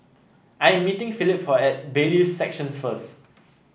I'm meeting Philip at Bailiffs' Section first